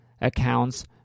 accounts